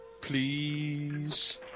please